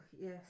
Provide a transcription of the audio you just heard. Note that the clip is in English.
yes